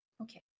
Okay